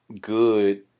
good